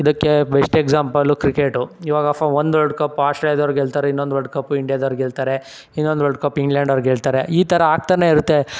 ಇದಕ್ಕೆ best example cricket ಇವಾಗ ಫ ಒಂದು ಅಲ್ಡ್ ಕಪ್ ಆಸ್ಟ್ರೇಲ್ದವ್ರು ಗೆಲ್ತಾರೆ ಇನ್ನೊಂದು ವಲ್ಡ್ ಕಪ್ ಇಂಡ್ಯಾದವ್ರು ಗೆಲ್ತಾರೆ ಇನ್ನೊಂದ್ ವಲ್ಡ್ ಕಪ್ ಇಂಗ್ಲೆಂಡ್ ಅವ್ರು ಗೆಲ್ತಾರೆ ಈ ಥರ ಆಗ್ತಾನೆ ಇರುತ್ತೆ